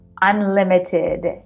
unlimited